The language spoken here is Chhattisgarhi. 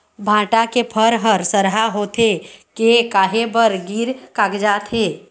भांटा के फर हर सरहा होथे के काहे बर गिर कागजात हे?